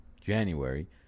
January